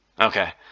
Okay